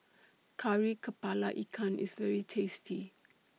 Kari Kepala Ikan IS very tasty